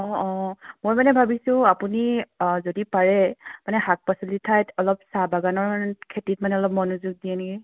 অ অ মই মানে ভাবিছোঁ আপুনি অ যদি পাৰে মানে শাক পাচলিৰ ঠাইত অলপ চাহ বাগানৰ খেতিত মানে অলপ মনোযোগ দিয়ে নেকি